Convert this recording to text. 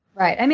right. and